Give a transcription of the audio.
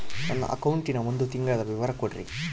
ನನ್ನ ಅಕೌಂಟಿನ ಒಂದು ತಿಂಗಳದ ವಿವರ ಕೊಡ್ರಿ?